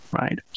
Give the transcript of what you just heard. right